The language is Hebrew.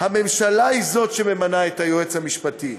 הממשלה היא שממנה את היועץ המשפטי,